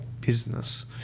business